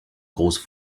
grosse